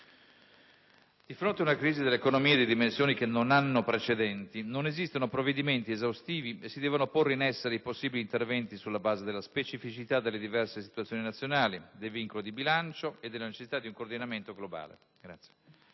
di fronte ad una crisi dell'economia di dimensioni che non hanno precedenti, non esistono provvedimenti esaustivi e si devono porre in essere i possibili interventi sulla base della specificità delle diverse situazioni nazionali, dei vincoli di bilancio e della necessità di un coordinamento globale. In